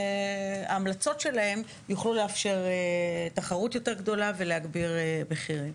ההמלצות שלה יוכלו לאפשר תחרות יותר גדולה ולהוריד מחירים.